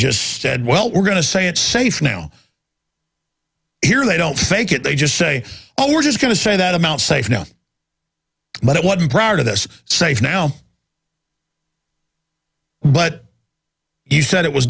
just said well we're going to say it's safe now here they don't fake it they just say oh we're just going to say that amount safe now but it wasn't proud of this safe now but he said it was